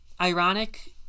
ironic